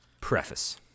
Preface